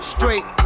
Straight